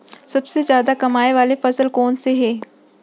सबसे जादा कमाए वाले फसल कोन से हे?